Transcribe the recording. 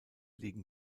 liegen